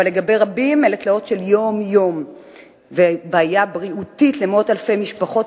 אבל לגבי רבים אלה תלאות של יום-יום ובעיה בריאותית למאות אלפי משפחות,